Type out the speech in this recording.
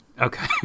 okay